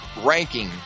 ranking